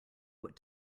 what